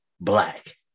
black